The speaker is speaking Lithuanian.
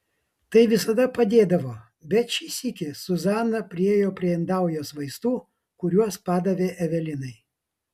tai visada padėdavo bet šį sykį zuzana priėjo prie indaujos vaistų kuriuos padavė evelinai